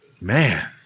Man